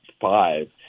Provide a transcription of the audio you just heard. five